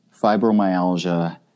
fibromyalgia